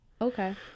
Okay